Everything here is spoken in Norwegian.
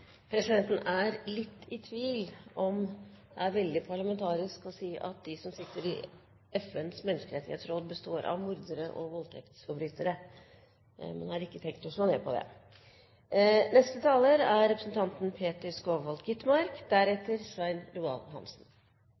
Presidenten er litt i tvil om det er veldig parlamentarisk å si at de som sitter i FNs menneskerettighetsråd, består av «mordere og voldtekstforbrytere», men har ikke tenkt å slå ned på det. Aller først en takk til representanten Svein Roald Hansen,